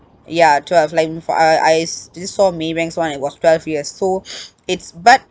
ya twelve like mm for uh I s~ just saw maybank's one it was twelve years so it's but